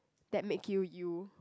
that make you you